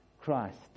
Christ